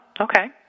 okay